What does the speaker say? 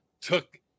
took